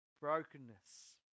brokenness